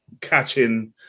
catching